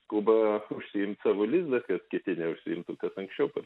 skuba užsiimt savo lizdą kad kiti neužsiimtų kad ankščiau